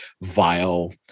vile